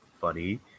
funny